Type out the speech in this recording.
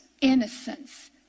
innocence